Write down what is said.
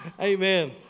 amen